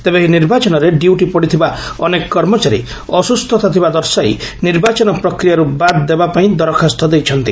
ତେବେ ଏହି ନିର୍ବାଚନରେ ଡ୍ୟୁଟି ପଡ଼ିଥିବା ଅନେକ କର୍ମଚାରୀ ଅସୁସ୍ଚତା ଥିବା ଦର୍ଶାଇ ନିର୍ବାଚନ ପ୍ରକ୍ରିୟାରୁ ବାଦ୍ ଦେବାପାଇଁ ଦରଖାସ୍ତ ଦେଇଛନ୍ତି